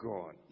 God